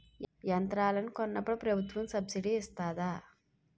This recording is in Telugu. యంత్రాలను కొన్నప్పుడు ప్రభుత్వం సబ్ స్సిడీ ఇస్తాధా?